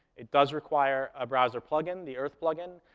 it does require a browser plug-in, the earth plug-in,